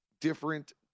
different